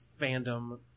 fandom